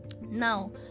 Now